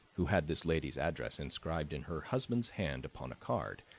who had this lady's address inscribed in her husband's hand upon a card,